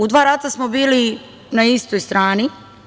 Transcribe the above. U dva rata smo bili na istoj strani.